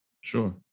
Sure